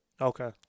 okay